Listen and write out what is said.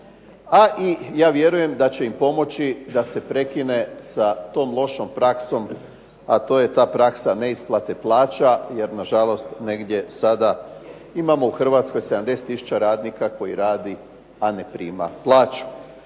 a i ja vjerujem da će im pomoći da se prekine sa tom lošom praksom, a to je ta praksa neisplate plaća jer nažalost negdje sada imamo u Hrvatskoj 70 tisuća radnika koji rade, a ne prima plaću.